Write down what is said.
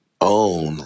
own